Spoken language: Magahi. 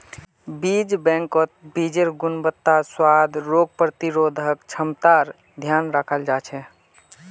बीज बैंकत बीजेर् गुणवत्ता, स्वाद, रोग प्रतिरोधक क्षमतार ध्यान रखाल जा छे